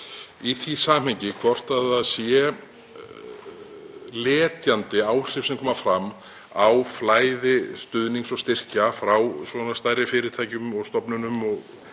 í því samhengi hvort það séu letjandi áhrif sem koma fram á flæði stuðnings og styrkja frá stærri fyrirtækjum og stofnunum og